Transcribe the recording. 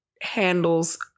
handles